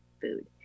food